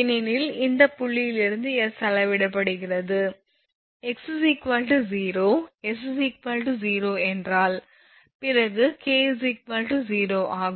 ஏனெனில் இந்த புள்ளியில் இருந்து s அளவிடப்படுகிறது x 0 s 0 என்றால் பிறகு K 0 ஆகும்